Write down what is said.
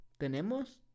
tenemos